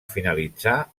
finalitzar